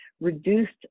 reduced